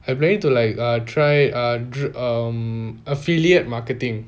I planning to like err try err err affiliate marketing